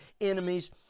enemies